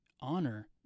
honor